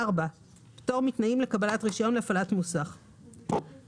פטור תנאים לקבלת רישיון להפעלת מוסך המנהל,